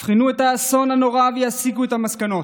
יבחנו את האסון הנורא ויסיקו את המסקנות.